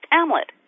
Hamlet